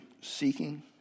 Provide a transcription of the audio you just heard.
seeking